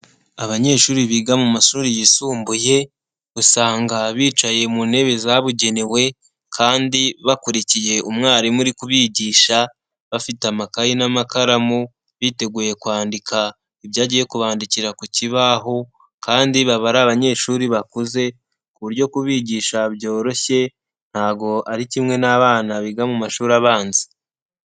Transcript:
Abanyeshuri biga mu mashuri yisumbuye usanga bicaye mu ntebe zabugenewe kandi bakurikiye umwarimu uri kubigisha bafite amakayeyi n'amakaramu biteguye kwandika ibyo agiye kubandikira ku kibaho kandi baba ari abanyeshuri bakuze ku buryo kubigisha byoroshye ntago ari kimwe n'abana biga mu mashuri abanza.